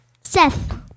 Seth